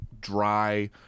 dry